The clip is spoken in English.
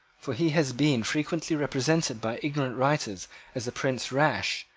for he has been frequently represented by ignorant writers as a prince rash,